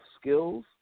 skills